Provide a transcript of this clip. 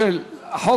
דומה,